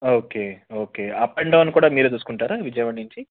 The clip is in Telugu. okay okay up and down కూడా మీరే చూసుకుంటారా విజయవాడ నుంచి